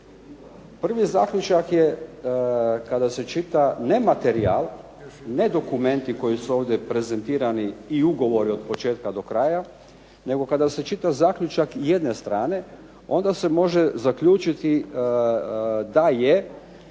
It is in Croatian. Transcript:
Prvi zaključak je kada se čita ne materijal, ne dokumenti koji su ovdje prezentirani i ugovori od početka do kraja nego kada se čita zaključak jedne strane onda se može zaključiti da je